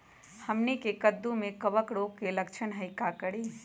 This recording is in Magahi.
हमनी के कददु में कवक रोग के लक्षण हई का करी?